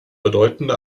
bedeutende